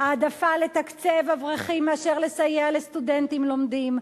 העדפה לתקצב אברכים מאשר לסייע לסטודנטים לומדים,